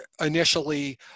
initially